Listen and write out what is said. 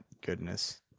goodness